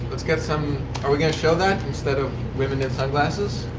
let's get some are we going to show that instead of women in sunglasses?